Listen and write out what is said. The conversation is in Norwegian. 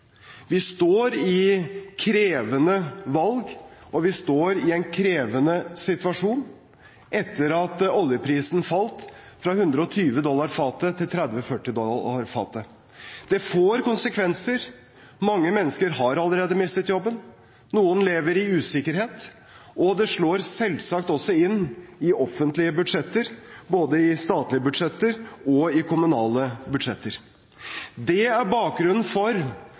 Vi står i krevende valg, og vi står i en krevende situasjon, etter at oljeprisen falt fra 120 til 30–40 dollar fatet. Det får konsekvenser. Mange mennesker har allerede mistet jobben, noen lever i usikkerhet, og det slår selvsagt også inn i offentlige budsjetter – både i statlige og i kommunale budsjetter. Dette er bakgrunnen for